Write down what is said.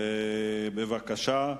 בבקשה.